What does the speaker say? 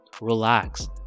Relax